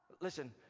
Listen